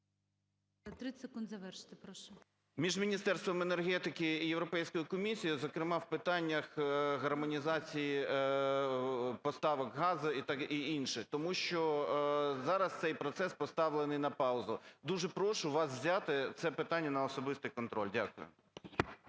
30 секунд завершити, прошу. АР'ЄВ В.І. …між Міністерством енергетики і Європейською комісією, зокрема в питаннях гармонізації поставок газу і таке інше. Тому що зараз цей процес поставлений на паузу. Дуже прошу вас взяти це питання на особистий контроль. Дякую.